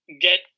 get